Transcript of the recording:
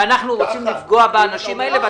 שאנחנו רוצים לפגוע באנשים האלו,